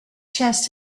chest